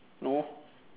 no